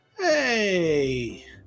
hey